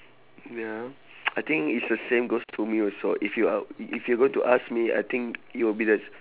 ya ah I think it's the same goes to me also if you a~ if you're going to ask me I think it will be the